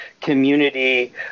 community